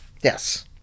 yes